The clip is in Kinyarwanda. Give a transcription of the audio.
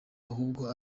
ahubwo